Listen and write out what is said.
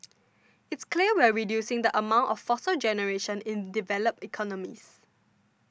it's clear we're reducing the amount of fossil generation in developed economies